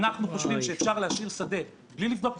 אנחנו חושבים שאפשר להשאיר שדה בלי לבדוק את